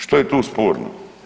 Što je tu sporno?